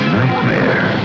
nightmare